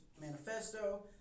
Manifesto